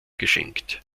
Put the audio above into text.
geschenkt